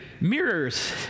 mirrors